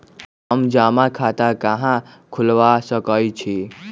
हम जमा खाता कहां खुलवा सकई छी?